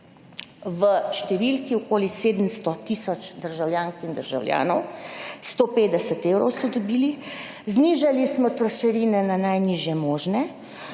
v številki okoli 700 tisoč državljank in državljanov, 150 evrov so dobili, znižali smo trošarine na najnižje možne,